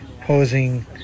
posing